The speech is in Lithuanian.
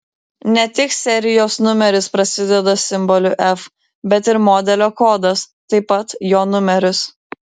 ne tik serijos numeris prasideda simboliu f bet ir modelio kodas taip pat jo numeris